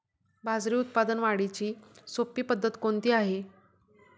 बाजरी उत्पादन वाढीची सोपी पद्धत कोणती आहे?